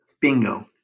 bingo